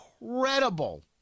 incredible